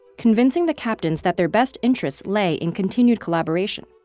convincing the captains that their best interests lay in continued collaboration.